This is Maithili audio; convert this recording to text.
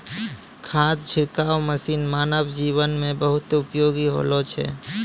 खाद छिड़काव मसीन मानव जीवन म बहुत उपयोगी होलो छै